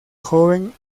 joven